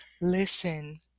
listen